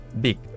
big